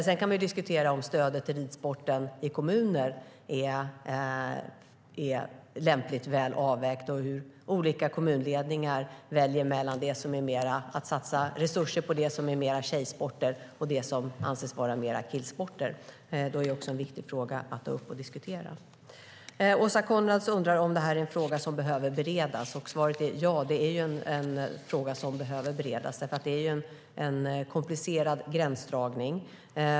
Sedan kan man diskutera om stödet till ridsporten i kommuner är lämpligt och väl avvägt och hur olika kommunledningar väljer mellan att satsa resurser på det som mer anses vara tjejsporter och på det som mer anses vara killsporter. Det är också en viktig fråga att ta upp och diskutera. Åsa Coenraads undrar om det här är en fråga som behöver beredas. Svaret är ja. Det är en komplicerad gränsdragning.